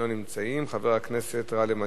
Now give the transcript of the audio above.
לא נמצאים, ושל חבר הכנסת גאלב מג'אדלה.